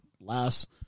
last